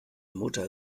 mutter